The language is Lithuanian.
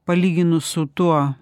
palyginus su tuo